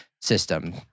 system